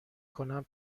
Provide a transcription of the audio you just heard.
کنم